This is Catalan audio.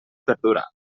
perdurar